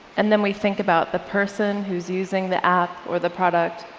and then we think about the person who's using the app or the product.